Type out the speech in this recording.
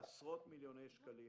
ועשרות מיליוני שקלים